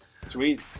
Sweet